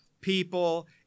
people